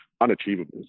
unachievable